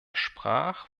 sprach